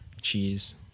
cheese